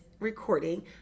recording